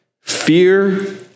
fear